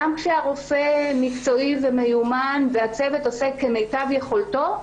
גם כשהרופא מקצועי ומיומן והצוות עושה כמיטב יכולתו,